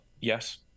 Yes